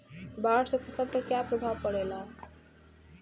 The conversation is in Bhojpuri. बाढ़ से फसल पर क्या प्रभाव पड़ेला?